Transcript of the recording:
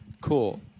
Cool